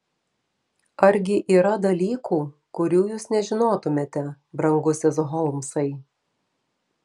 argi yra dalykų kurių jūs nežinotumėte brangusis holmsai